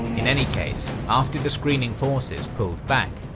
in any case, after the screening forces pulled back,